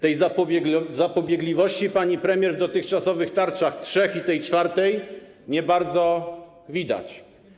Tej zapobiegliwości, pani premier, w dotychczasowych trzech tarczach i tej czwartej nie bardzo widać.